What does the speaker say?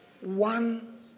One